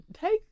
Take